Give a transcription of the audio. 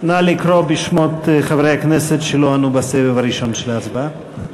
נא לקרוא בשמות חברי הכנסת שלא ענו בסבב הראשון של ההצבעה.